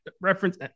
reference